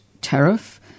tariff